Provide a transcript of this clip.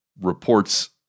reports